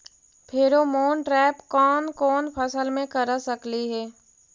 Pheromone trap कोन कोन फसल मे कर सकली हे?